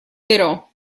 però